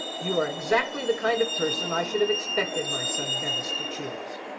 you are exactly the kind of person i should have expected my son bevis to choose.